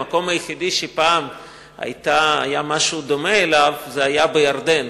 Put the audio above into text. המקום היחיד שפעם היה משהו דומה לו היה בירדן,